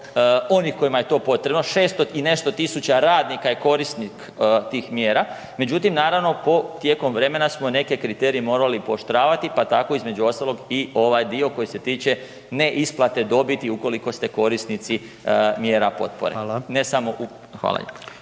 onih kojima je to potrebno, 600 i nešto tisuća radnika je korisnik tih mjera, međutim, naravno, tijekom vremena smo neke kriterije morali pooštravati, pa tako, između ostalog i ovaj dio koji je tiče neisplate dobiti ukoliko ste korisnici mjera potpore .../Upadica: